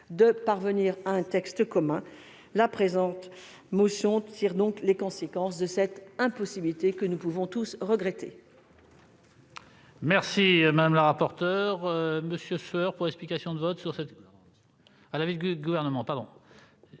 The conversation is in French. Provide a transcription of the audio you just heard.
de parvenir à un texte commun. La présente motion tire les conséquences de cette impossibilité, que nous pouvons tous regretter.